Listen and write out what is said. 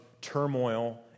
turmoil